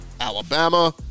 Alabama